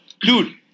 dude